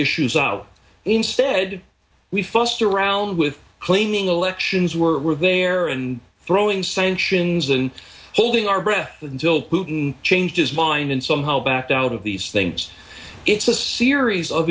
issues out instead we fuss around with claiming elections were there and throwing sanctions and holding our breath until putin changed his mind and somehow backed out of these things it's a series of